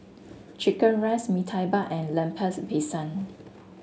Chicken Rice Mee Tai Mak and Lemper's Pisang